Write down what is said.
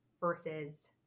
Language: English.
versus